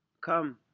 come